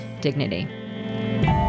dignity